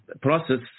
process